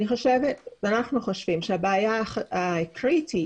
אנחנו חושבים שהבעיה הקריטית